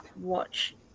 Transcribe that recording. watch